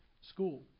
school